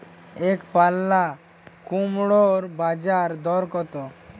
একপাল্লা কুমড়োর বাজার দর কত?